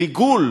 ריגול.